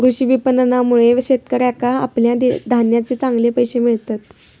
कृषी विपणनामुळे शेतकऱ्याका आपल्या धान्याचे चांगले पैशे मिळतत